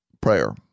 prayer